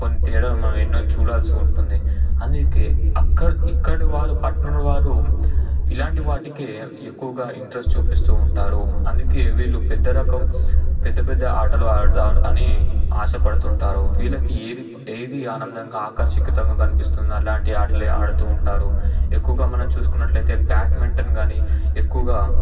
కొన్ని తేడాలు మనం ఎన్నో చూడాల్సి ఉంటుంది అందుకే అక్కడ ఇక్కడివారు పట్టణంలో వారు ఇలాంటి వాటికే ఎక్కువగా ఇంట్రెస్ట్ చూపిస్తూ ఉంటారు అందుకే వీళ్ళు పెద్ద రకం పెద్దపెద్ద ఆటలు ఆడాలి అని ఆశపడుతూ ఉంటారు వీళ్ళకి ఏది ఏది ఆనందంగా ఆకర్షికతంగా కనిపిస్తుంది అలాంటి ఆటలే ఆడుతూ ఉంటారు ఎక్కువగా మనం చూసుకున్నట్లయితే బ్యాట్మెంటన్ కాని ఎక్కువగా